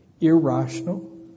irrational